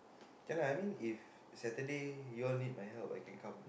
can lah I mean if Saturday you all need my help I can come